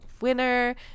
winner